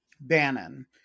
Bannon